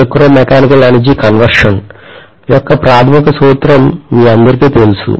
electromechanical energy మార్పిడి యొక్క ప్రాథమిక సూత్రం మీ అందరికీ తెలుసు